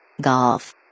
Golf